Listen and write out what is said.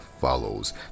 follows